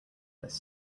this